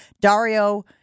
Dario